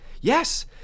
Yes